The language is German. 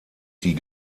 die